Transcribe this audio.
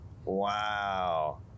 Wow